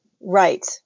Right